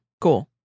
Cool